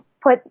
put